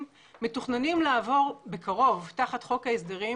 מתוכננים לעבור בקרוב תחת חוק ההסדרים.